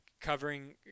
covering